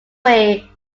way